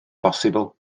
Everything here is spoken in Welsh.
bosibl